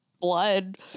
blood